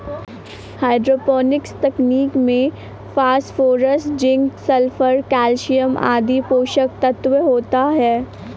hydroponics तकनीक में phosphorus, zinc, sulphur, calcium आदि पोषक तत्व होते है